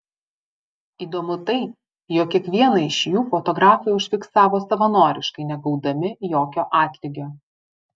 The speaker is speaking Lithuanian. įdomu tai jog kiekvieną iš jų fotografai užfiksavo savanoriškai negaudami jokio atlygio